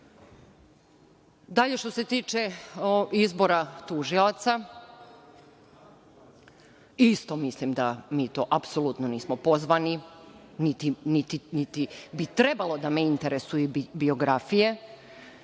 što se tiče izbora tužioca, isto mislim da mi nismo pozvani, niti bi trebalo da me interesuju i biografije